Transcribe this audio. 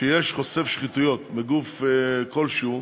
כשיש חושף שחיתויות בגוף כלשהו,